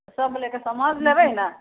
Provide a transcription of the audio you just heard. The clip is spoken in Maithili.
समझ लेबै ने